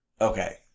Okay